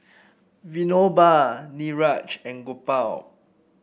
Vinoba Niraj and Gopal